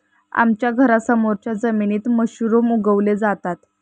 आमच्या घरासमोरच्या जमिनीत मशरूम उगवले जातात